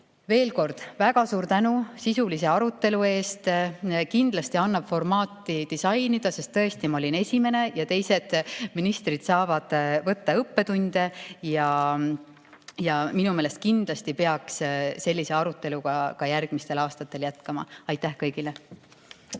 kord väga suur tänu sisulise arutelu eest! Kindlasti annab formaati disainida, sest tõesti ma olin esimene ja teised ministrid saavad võtta õppetunde ning minu meelest kindlasti peaks sellise aruteluga ka järgmistel aastatel jätkama. Aitäh kõigile!